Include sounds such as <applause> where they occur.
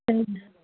<unintelligible>